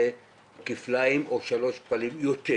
זה כפליים או שלוש יותר,